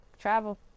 travel